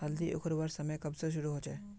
हल्दी उखरवार समय कब से शुरू होचए?